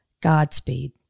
Godspeed